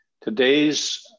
today's